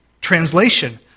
translation